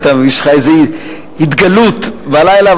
יש לך איזו התגלות בלילה,